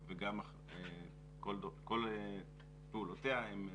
וגם כל פעולותיה הן חסויות.